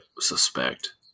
suspect